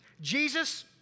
Jesus